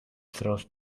throws